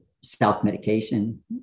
self-medication